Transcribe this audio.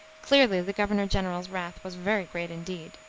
clearly the governor-general's wrath was very great indeed.